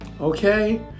Okay